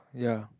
ya